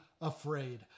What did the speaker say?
afraid